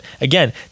again